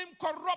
corrupt